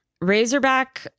Razorback